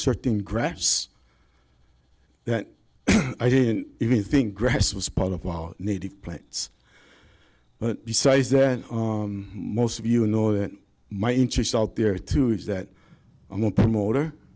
certain grass that i didn't even think grass was part of our native plants but besides that most of you know that my interest out there too is that i'm a promoter